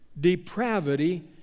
Depravity